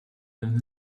than